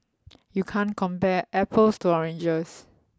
you can't compare apples to oranges